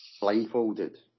blindfolded